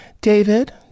David